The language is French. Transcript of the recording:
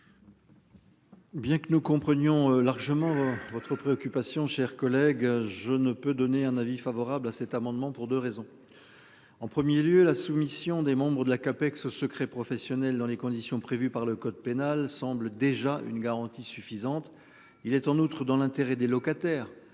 Bien que nous comprenions largement votre préoccupation chers collègues je ne peux donner un avis favorable à cet amendement pour 2 raisons. En 1er lieu la soumission des membres de l'AKP que ce secret professionnel dans les conditions prévues par le code pénal semble déjà une garantie suffisante. Il est en outre dans l'intérêt des locataires